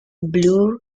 blue